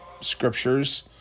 scriptures